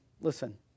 listen